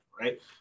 right